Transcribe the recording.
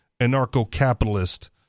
anarcho-capitalist